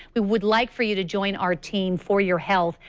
we would like for you to join our team for your health,